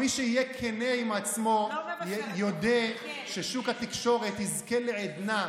מי שיהיה כן עם עצמו יודה ששוק התקשורת יזכה לעדנה.